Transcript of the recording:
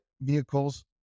vehicles